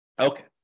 Okay